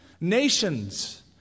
Nations